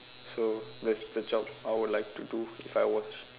so that's the job I would like to do if I was